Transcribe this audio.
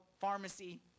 pharmacy